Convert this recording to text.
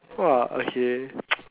!wah! okay